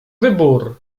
wybór